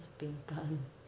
same type